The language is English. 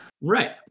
Right